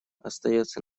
остается